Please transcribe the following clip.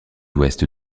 ouest